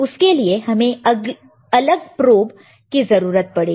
उसके लिए हमें एक अलग प्रोब की जरूरत पड़ेगी